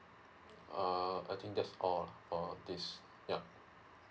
ah I think that's all lah for this yup